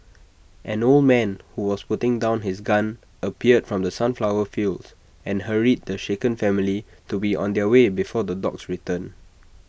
an old man who was putting down his gun appeared from the sunflower fields and hurried the shaken family to be on their way before the dogs return